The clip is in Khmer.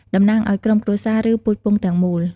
តំណាងឲ្យ ក្រុមគ្រួសារ ឬ ពូជពង្ស ទាំងមូល។